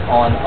on